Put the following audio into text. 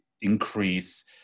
increase